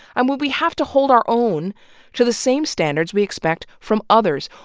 and we we have to hold our own to the same standards we expect from others,